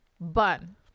bun